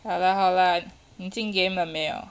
好 lah 好 lah 你进 game 了没有